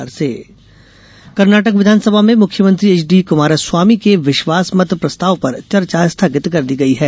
कर्नाटक संकट कर्नाटक विधानसभा में मुख्यमंत्री एच डी कुमारस्वामी के विश्वासमत प्रस्ताव पर चर्चा स्थगित कर दी गई है